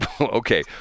Okay